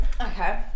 Okay